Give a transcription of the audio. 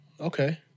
Okay